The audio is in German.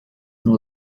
nur